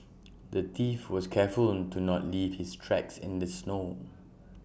the thief was careful to not leave his tracks in the snow